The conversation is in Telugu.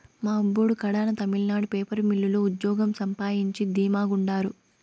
మా అబ్బోడు కడాన తమిళనాడు పేపర్ మిల్లు లో ఉజ్జోగం సంపాయించి ధీమా గుండారు